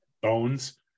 Bones